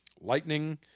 Lightning